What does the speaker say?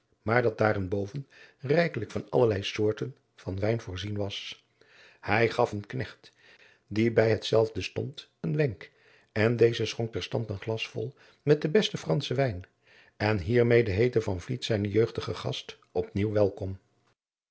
maar dat daar en boven rijkelijk van allerlei soorten van wijn voorzien was hij gaf een knecht die bij hetzelve stond een wenk en deze schonk terstond een glas vol met den besten franschen wijn en hiermede heette van vliet zijnen jeugdigen gast op nieuw welkom